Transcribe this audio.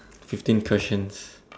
fifteen questions